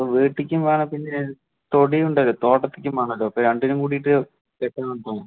ഇപ്പം വീട്ടിലേക്കും വേണം പിന്നെ തൊടിയുണ്ടല്ലോ തോട്ടത്തിലേക്കും വേണമല്ലോ അപ്പം രണ്ടിനും കൂടീട്ട് വെയ്ക്കാനാന്ന് തോന്നു